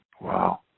Wow